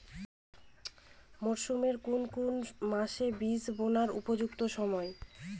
মরসুমের কোন কোন মাস বীজ বোনার উপযুক্ত সময়?